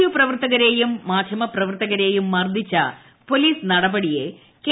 U പ്രവർത്തകരേയും മാർച്ച മ്പ്രവർത്തകനേയും മർദ്ദിച്ച പോലീസ് നടപടിയെ കെ